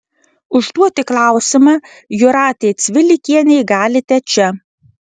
užduoti klausimą jūratei cvilikienei galite čia